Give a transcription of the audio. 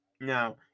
Now